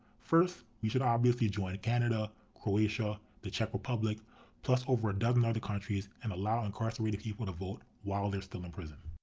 first we should obviously join canada, croatia, the czech republic plus over a dozen other countries and allow incarcerated people to vote while they're still in prison.